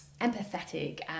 empathetic